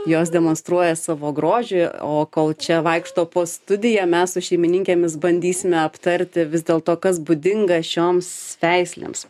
jos demonstruoja savo grožiu o kol čia vaikšto po studiją mes su šeimininkėmis bandysime aptarti vis dėl to kas būdinga šioms veislėms